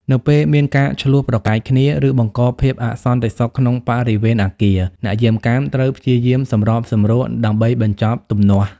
នៅពេលមានការឈ្លោះប្រកែកគ្នា ឬបង្កភាពអសន្តិសុខក្នុងបរិវេណអគារ អ្នកយាមកាមត្រូវ ព្យាយាមសម្របសម្រួល ដើម្បីបញ្ចប់ទំនាស់។